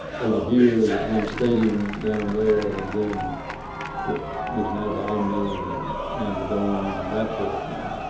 over here, the atlanta stadium down there, and then what is now the omni and and the dome and that sort of thing.